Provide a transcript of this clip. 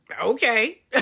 Okay